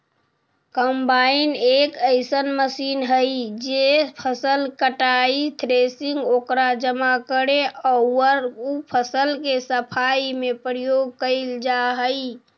combine एक अइसन machine हई जे फसल के कटाई, थ्रेसिंग, ओकरा जमा करे औउर उ फसल के सफाई में प्रयोग कईल जा हई